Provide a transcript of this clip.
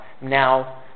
now